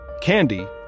Candy